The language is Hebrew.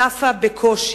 צפה בקושי.